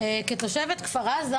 כתושבת כפר עזה,